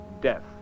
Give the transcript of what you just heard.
Death